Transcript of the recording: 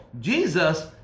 Jesus